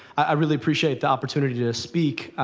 i really appreciate the opportunity to speak,